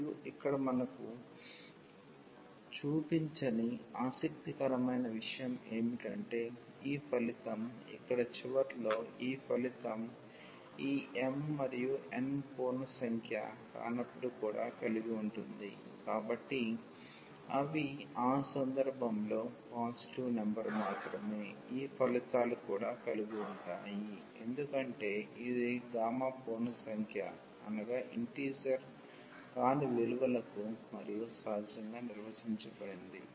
మరియు ఇక్కడ మనం చూపించని ఆసక్తికరమైన విషయం ఏమిటంటే ఈ ఫలితం ఇక్కడ చివరలో ఈ ఫలితం ఈ m మరియు n పూర్ణ సంఖ్య కానప్పుడు కూడా కలిగి ఉంటుంది కాబట్టి అవి ఆ సందర్భంలో పాజిటివ్ నెంబర్ మాత్రమే ఈ ఫలితాలు కూడా కలిగి ఉంటాయి ఎందుకంటే ఇది గామా పూర్ణ సంఖ్య కాని విలువలకు మరియు సహజంగా నిర్వచించబడింది